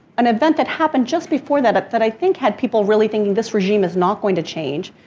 an event that happened just before that, that i think had people really thinking, this regime is not going to change,